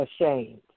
ashamed